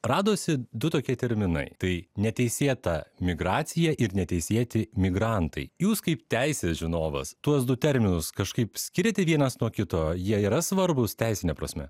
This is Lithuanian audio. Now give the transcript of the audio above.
radosi du tokie terminai tai neteisėta migracija ir neteisėti migrantai jūs kaip teisės žinovas tuos du terminus kažkaip skiriate vienas nuo kito jie yra svarbūs teisine prasme